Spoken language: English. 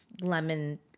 lemon